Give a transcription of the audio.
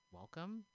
welcome